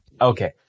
Okay